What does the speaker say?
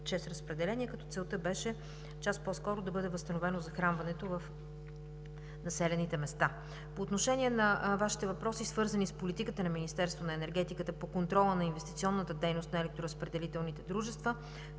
като целта беше част по-скоро да бъде възстановено захранването в населените места. По отношение на Вашите въпроси, свързани с политиката на Министерството на енергетиката по контрола на инвестиционната дейност на електроразпределителните дружества,